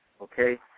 Okay